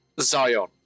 Zion